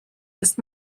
ist